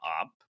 up